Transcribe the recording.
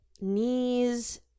knees